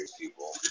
people